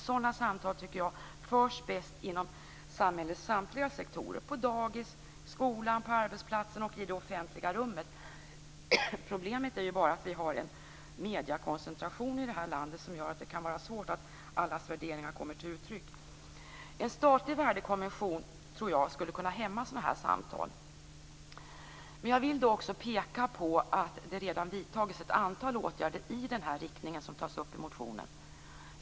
Sådana samtal förs bäst inom samhällets samtliga sektorer, på dagis, i skolan, på arbetsplatsen och i det offentliga rummet. Problemet är att vi har en mediekoncentration i det här landet som gör att det kan vara svårt för alla funderingar att komma till uttryck. En statlig värdekommission skulle kunna hämma sådana samtal. Jag vill peka på att det redan har vidtagits ett antal åtgärder i den riktning som tas upp i motionen.